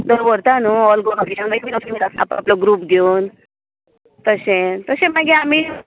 दवरता नूं all Goa आपापलो group घेवन तशें तशें मागीर आमी